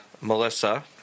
Melissa